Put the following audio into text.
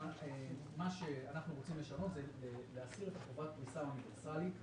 מה שאנחנו רוצים לשנות זה להסיר את חובת הפריסה האוניברסאלית,